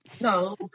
no